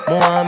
More